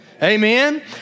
Amen